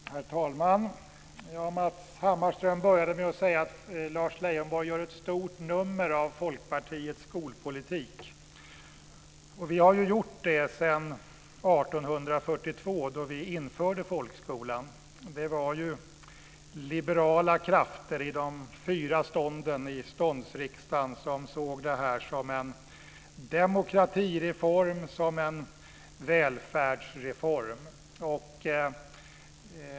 Herr talman! Matz Hammarström började med att säga att Lars Leijonborg gör ett stort nummer av Folkpartiets skolpolitik. Vi har gjort det sedan 1842, då vi införde folkskolan. Det var liberala krafter i de fyra stånden i ståndsriksdagen som såg detta som en demokratireform och som en välfärdsreform.